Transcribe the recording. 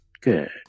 Good